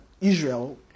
Israel